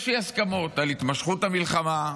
יש אי-הסכמות על התמשכות המלחמה,